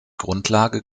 grundlage